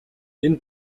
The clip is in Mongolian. энэ